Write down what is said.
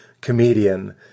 comedian